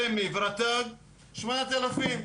רמ"י ורט"ג שבעת אלפים,